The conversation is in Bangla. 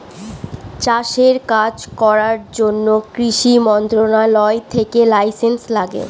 চাষের কাজ করার জন্য কৃষি মন্ত্রণালয় থেকে লাইসেন্স লাগে